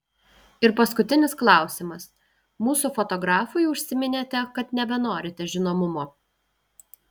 ir paskutinis klausimas mūsų fotografui užsiminėte kad nebenorite žinomumo